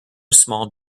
small